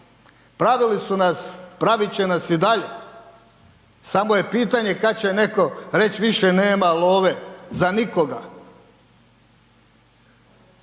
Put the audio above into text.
Pravili su nas, praviti će nas i dalje. Samo je pitanje kad će netko reći više nema love za nikoga.